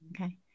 Okay